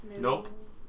Nope